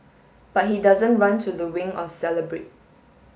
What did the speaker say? but he doesn't run to the wing or celebrate